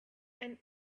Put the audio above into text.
and